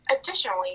Additionally